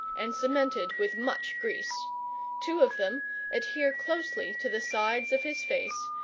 and cemented with much grease two of them adhere closely to the sides of his face,